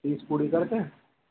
तीस पूरी कर दें